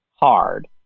hard